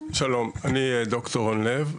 שלום, אני ד"ר רון לב,